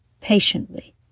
patiently